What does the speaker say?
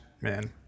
man